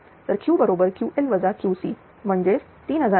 तर Q बरोबर QL QC म्हणजेच 3556